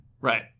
Right